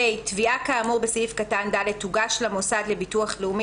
(ה)תביעה כאמור בסעיף קטן (ד) תוגש למוסד לביטוח לאומי